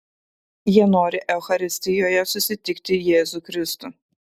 jie nori eucharistijoje susitikti jėzų kristų